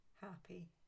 happy